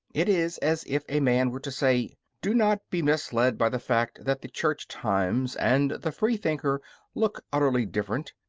it is as if a man were to say, do not be misled by the fact that the church times and the freethinker look utterly different,